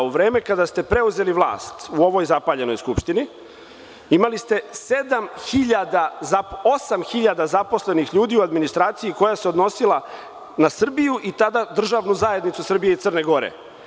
U vreme kada ste preuzeli vlast u ovoj zapaljenoj Skupštini imali ste osam hiljada zaposlenih ljudi u administraciji koja se odnosila na Srbiju i tada državnu zajednicu Srbije i Crne Gore.